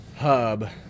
hub